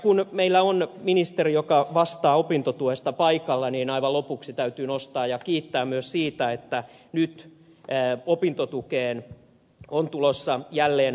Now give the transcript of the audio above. kun meillä on ministeri paikalla joka vastaa opintotuesta niin aivan lopuksi täytyy nostaa esiin ja kiittää myös siitä että nyt opintotukeen on tulossa jälleen parannuksia